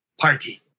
party